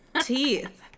teeth